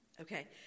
Okay